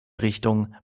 richtung